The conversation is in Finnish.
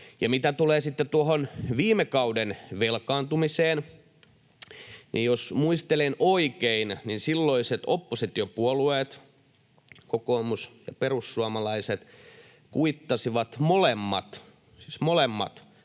sitten tuohon viime kauden velkaantumiseen, niin jos muistelen oikein, niin silloiset oppositiopuolueet kokoomus ja perussuomalaiset kuittasivat molemmat,